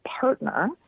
partner